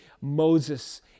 Moses